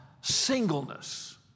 singleness